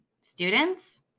students